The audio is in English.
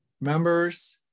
members